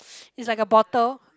is like a bottle